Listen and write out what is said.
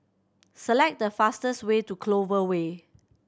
select the fastest way to Clover Way